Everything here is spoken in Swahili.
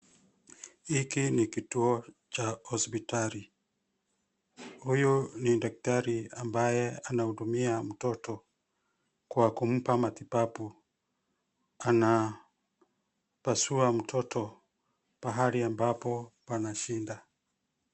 Hiki ni kituo cha hosipitali. Huyu ni daktari ambaye anahudumia mtoto kwa kumpa matibabu. Anapasua mtoto pahali ambapo pana shida.